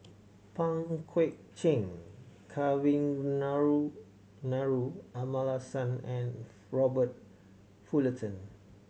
Pang Guek Cheng Kavignarenaru Amallathasan and Robert Fullerton